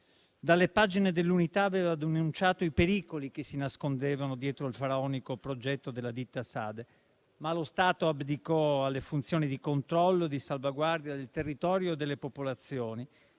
dalle pagine de «l'Unità» aveva denunciato i pericoli che si nascondevano dietro il faraonico progetto della ditta SADE. Ma lo Stato abdicò alle funzioni di controllo e di salvaguardia del territorio e delle popolazioni;